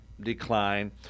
decline